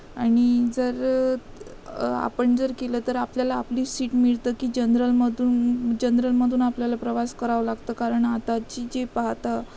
आणि जर आपण जर केलं तर आपल्याला आपली सीट मिळतं की जनरलमधून जनरलमधून आपल्याला प्रवास करावं लागतं कारण आताची जे पाहता